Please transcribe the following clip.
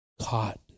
caught